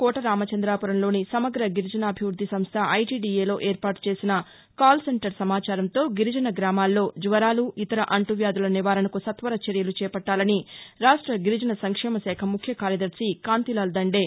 కోటరామచంద్రపురంలోని సమగ్ర గిరిజనాభి వృద్ది సంస్ద ఐటీడిఏలో ఏర్పాటు చేసిన కాల్ సెంటర్ సమాచారంతో గిరిజన గ్రామాల్లో జ్వరాలు ఇతర అంటు వ్యాధులు నివారణకు సత్వర చర్యలు చేపట్టాలని రాష్ట గిరిజన సంక్షేమ శాఖ ముఖ్య కార్యదర్శి కాంతిలాల్ దండే